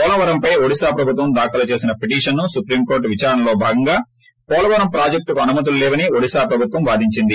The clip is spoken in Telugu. పోలవరంపై ఒడిశా ప్రభుత్వం దాఖలు చేసిన పిటిషన్ను సుప్రీంకోర్లు విచారణలో భాగంగా పోలవరం ప్రాజెక్లుకు అనుమతులు లేవని ఒడిశా ప్రభుత్వం వాదించింది